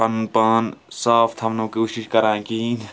پَنُن پان صاف تھاونُک کوٗشِش کران کِہیٖنٛۍ